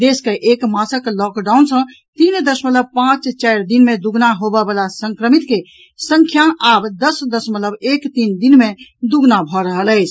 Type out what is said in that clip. देश के एक मासक लॉकडाउन सँ तीन दशमलव पांच चारि दिन मे दूगुना होबऽ वला संक्रमित के संख्या आबि दस शमलव एक तीन दिन मे दूगुना भऽ रहल अछि